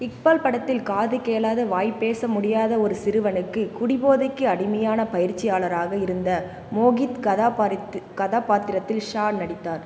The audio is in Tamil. இக்பால் படத்தில் காது கேளாத வாய் பேச முடியாத ஒரு சிறுவனுக்கு குடிபோதைக்கு அடிமையானப் பயிற்சியாளராக இருந்த மோகித் கதாபாரித் கதாபாத்திரத்தில் ஷா நடித்தார்